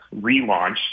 relaunched